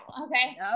Okay